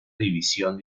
división